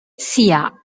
sia